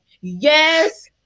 Yes